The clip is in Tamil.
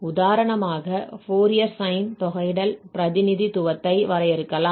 உதாரணமாக ஃபோரியர் சைன் தொகையிடல் பிரதிநிதித்துவத்தை வரையறுக்கலாம்